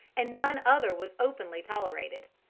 and none other was openly tolerated.